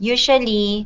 Usually